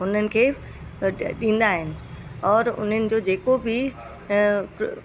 हुननि खे ॾ ॾींदा आहिनि औरि उन्हनि जो जेको बि